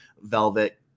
velvet